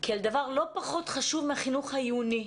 כעל דבר לא פחות חשוב מהחינוך העיוני.